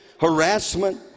harassment